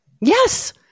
Yes